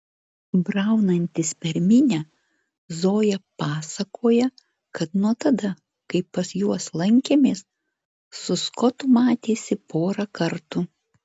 braunantis per minią zoja pasakoja kad nuo tada kai pas juos lankėmės su skotu matėsi porą kartų